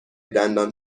دندان